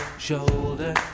Shoulder